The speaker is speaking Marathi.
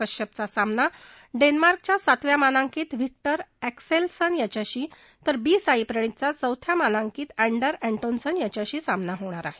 कश्यपचा सामना डेन्मार्कच्या सातव्या मानांकित व्हिक्टर अक्सिलसन याच्याशी तर बी साईप्रणीतचा चौथ्या मानांकित अडिर अस्त्रीनसन याच्याशी होणार आहे